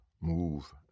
move